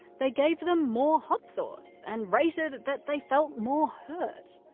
they gave them more hot sauce and rated that they felt more hurt.